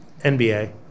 NBA